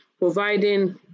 providing